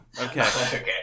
Okay